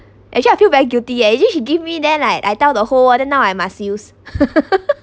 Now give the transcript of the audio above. actually I feel very guilty eh is it she give me then like I tell the whole world then now I must use